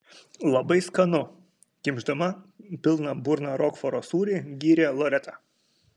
labai skanu kimšdama pilna burna rokforo sūrį gyrė loreta